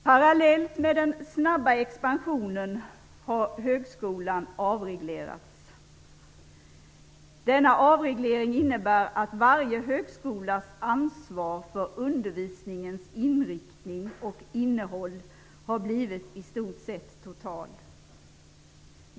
Parallellt med den snabba expansionen har högskolan avreglerats. Denna avreglering innebär att varje högskolas ansvar för undervisningens inriktning och innehåll har blivit i stort sett totalt.